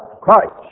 Christ